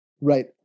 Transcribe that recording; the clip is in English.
Right